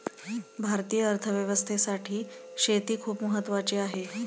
भारतीय अर्थव्यवस्थेसाठी शेती खूप महत्त्वाची आहे